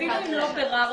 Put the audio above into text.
אפילו אם לא ביררנו,